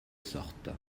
sorte